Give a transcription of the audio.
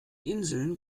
inseln